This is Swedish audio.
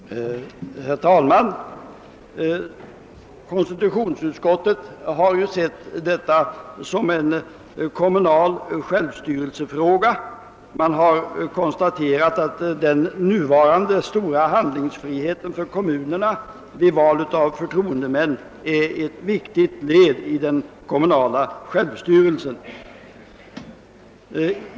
Herr talman! Konstitutionsutskottet har sett detta som en fråga om kommunal självstyrelse. Man har konstaterat att den nuvarande stora handlingsfriheten för kommunerna vid val av förtroendemän är ett viktigt led i den kommunala självstyrelsen.